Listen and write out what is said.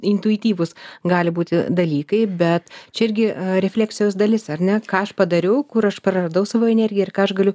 intuityvūs gali būti dalykai bet čia irgi refleksijos dalis ar ne ką aš padariau kur aš praradau savo energiją ir ką aš galiu